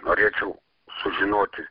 norėčiau sužinoti